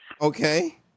Okay